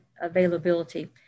availability